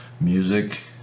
music